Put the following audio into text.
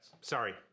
Sorry